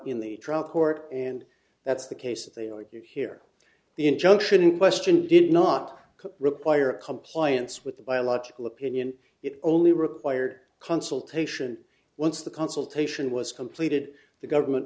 in the trial court and that's the case they argued here the injunction in question did not require compliance with the biological opinion it only required consultation once the consultation was completed the government